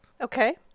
okay